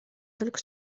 только